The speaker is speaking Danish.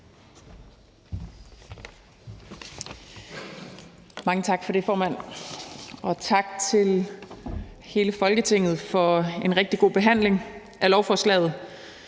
Mange tak for det, formand, og tak til hele Folketinget for en rigtig god behandling af lovforslaget.